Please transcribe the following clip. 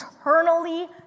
eternally